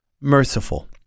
merciful